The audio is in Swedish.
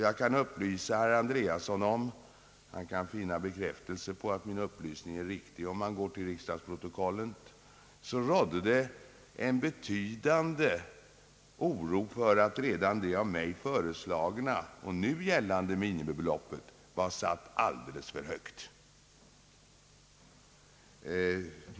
Jag kan upplysa herr Andreasson om — han kan få bekräftelse på att min upplysning är riktig genom att gå till riksdagsprotokollen — att det när lagen diskuterades i riksdagen fanns en betydande oro för att redan det av mig föreslagna och nu gällande minimibeloppet var satt alldeles för högt.